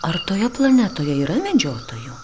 ar toje planetoje yra medžiotojų